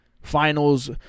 Finals